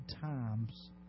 times